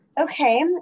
Okay